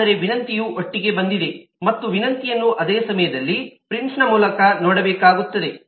ಆದರೆ ವಿನಂತಿಯು ಒಟ್ಟಿಗೆ ಬಂದಿದೆ ಮತ್ತು ವಿನಂತಿಯನ್ನು ಅದೇ ಸಮಯದಲ್ಲಿ ಪ್ರಿಂಟ್ನ ಮೂಲಕ ನೋಡಬೇಕಾಗುತ್ತದೆ